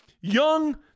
young